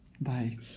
Bye